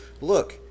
look